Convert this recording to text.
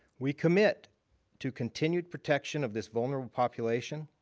we commit to continued protection of this vulnerable population,